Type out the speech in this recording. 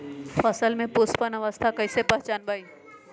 फसल में पुष्पन अवस्था कईसे पहचान बई?